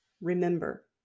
remember